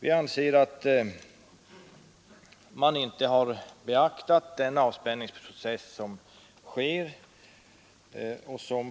Vi anser att man inte har beaktat den avspänningsprocess som